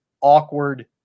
awkward